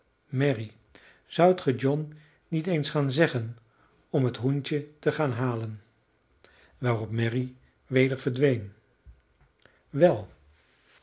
mary zoudt ge john niet eens gaan zeggen om het hoentje te gaan halen waarop mary weder verdween wel